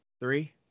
three